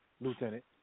Lieutenant